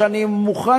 ממך,